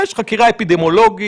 יש חקירה אפידמיולוגית.